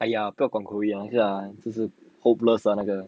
!aiya! 不要管 chloe lah 跟你讲真的是 hopeless ah 那个